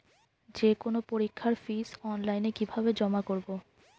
যে কোনো পরীক্ষার ফিস অনলাইনে কিভাবে জমা করব?